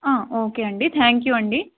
okay అండి thank you అండి